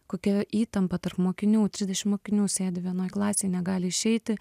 kokia įtampa tarp mokinių trisdešim mokinių sėdi vienoj klasėj negali išeiti